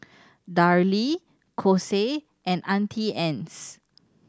Darlie Kose and Auntie Anne's